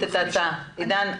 אולי יפורסם משהו בשעה 12:00. עידן,